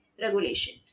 regulation